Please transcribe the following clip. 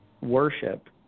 worship